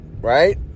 Right